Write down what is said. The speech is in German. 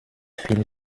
viel